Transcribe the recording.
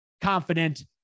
confident